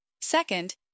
Second